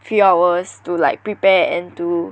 few hours to like prepare and to